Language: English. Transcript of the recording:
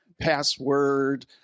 password